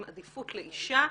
עם עדיפות לאישה,